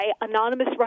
anonymous